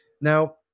Now